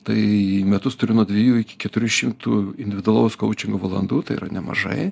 tai metus turiu nuo dvejų iki keturių šimtų individualaus koučingo valandų tai yra nemažai